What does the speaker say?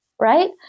right